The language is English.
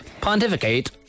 Pontificate